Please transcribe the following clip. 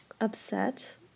upset